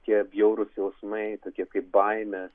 tie bjaurūs jausmai tokie kaip baimė